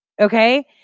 okay